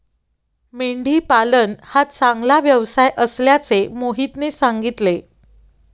मेंढी पालन हा चांगला व्यवसाय असल्याचे मोहितने सांगितले